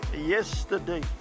yesterday